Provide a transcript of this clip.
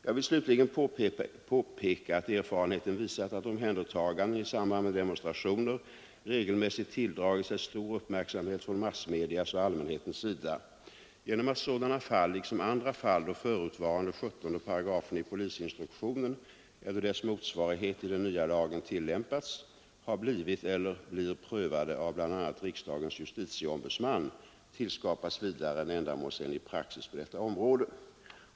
Jag vill slutligen påpeka att erfarenheten visat att om händertaganden i samband med demonstrationer regelmässigt tilldragit sig stor uppmärksamhet från massmedias och allmänhetens sida. Genom att sådana fall, liksom andra fall då förutvarande 17 § i polisinstruktionen eller dess motsvarighet i den nya lagen tillämpats, har blivit eller blir prövade av bl.a. riksdagens justitieombudsman tillskapas vidare en ändamålsenlig praxis på detta område.